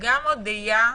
גם אודיה,